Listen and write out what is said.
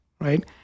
Right